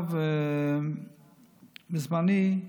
בזמני,